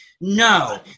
No